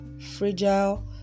fragile